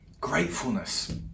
gratefulness